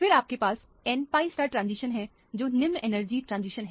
फिर आपके पास n pi ट्रांजिशन है जो निम्न एनर्जी ट्रांजिशन है